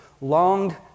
longed